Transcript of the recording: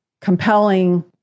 compelling